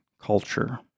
culture